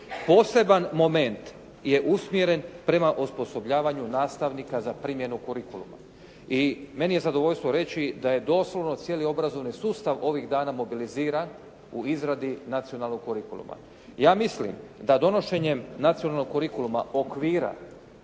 Poseban moment je usmjeren prema osposobljavanju nastavnika za primjenu kurikuluma. I meni je zadovoljstvo reći da je doslovno cijeli obrazovni sustav ovih dana mobiliziran u izradi nacionalnog kurikuluma. Ja mislim da donošenjem nacionalnog kurikuluma, okvira